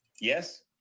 yes